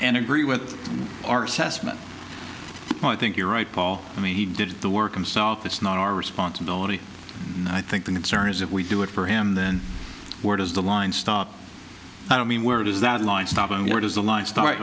and agree with our assessment oh i think you're right paul i mean he did the work himself it's not our responsibility and i think the concern is if we do it for him then where does the line stop i don't mean where does that line stop and where does the line start